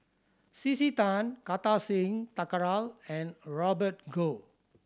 C C Tan Kartar Singh Thakral and Robert Goh